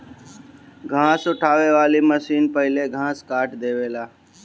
घास उठावे वाली मशीन पहिले घास काट देवेला